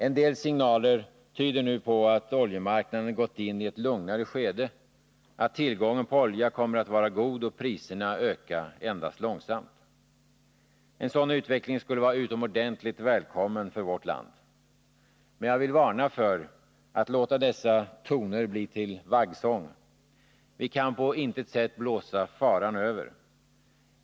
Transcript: En del signaler tyder på att oljemarknaden nu gått in i ett lugnare skede, att tillgången på olja kommer att vara god och priserna öka endast långsamt. En sådan utveckling skulle vara utomordentligt välkommen för vårt land. Men jag vill varna för att låta dessa toner bli till vaggsång. Vi kan på intet sätt blåsa faran över.